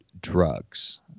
drugs